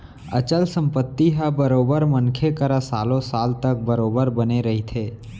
अचल संपत्ति ह बरोबर मनखे करा सालो साल तक बरोबर बने रहिथे